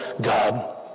God